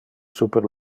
super